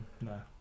No